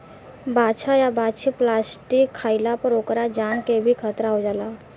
बाछा आ बाछी प्लास्टिक खाइला पर ओकरा जान के भी खतरा हो जाला